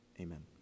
amen